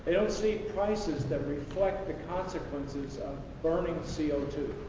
don't see prices that reflect the consequences of burning c o two.